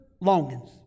longings